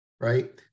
right